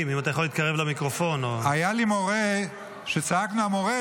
היה לי מורה שכשצעקנו: המורה,